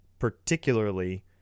Particularly